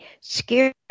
scared